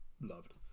loved